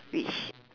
which